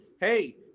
hey